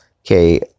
Okay